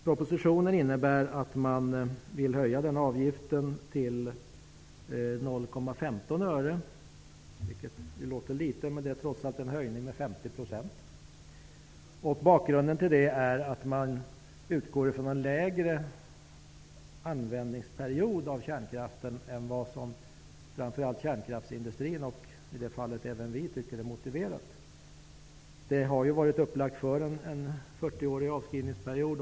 Propositionen innebär ett förslag om att höja avgiften till 0,15 öre, vilket låter litet men trots allt är en höjning med 50 %. Bakgrunden är att man utgår från en kortare användningsperiod av kärnkraften än vad framför allt kärnkraftsindustrin och vi tycker är motiverat. Det har varit upplagt för en 40-årig avskrivningsperiod.